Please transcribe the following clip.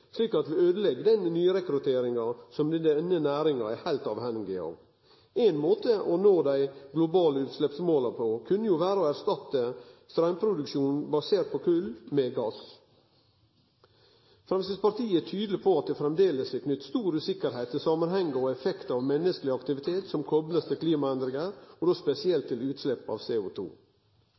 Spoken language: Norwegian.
slik at vi øydelegg den nyrekrutteringa som denne næringa er heilt avhengig av. Éin måte å nå dei globale utsleppsmåla på kunne jo vere å erstatte straumproduksjonen basert på kol med gass. Framstegspartiet er tydeleg på at det framleis er knytt stor usikkerheit til samanhengar og effektar av menneskeleg aktivitet som blir kopla til klimaendringar, og da spesielt til utslepp av